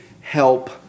help